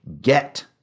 get